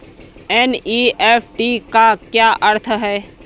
NEFT का अर्थ क्या है?